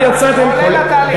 כולל התהליך המדיני.